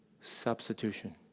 Substitution